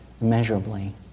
immeasurably